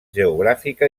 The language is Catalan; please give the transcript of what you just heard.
geogràfica